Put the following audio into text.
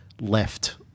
left